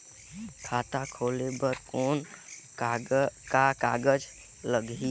खाता खोले बर कौन का कागज लगही?